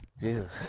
Jesus